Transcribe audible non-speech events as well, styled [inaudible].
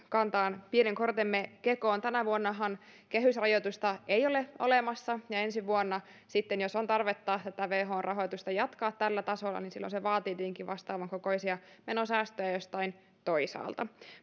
[unintelligible] kantamaan pienen kortemme kekoon tänä vuonnahan kehysrajoitusta ei ole olemassa ja ensi vuonna sitten jos on tarvetta tätä whon rahoitusta jatkaa tällä tasolla silloin se vaatii tietenkin vastaavan kokoisia menosäästöjä jostain toisaalta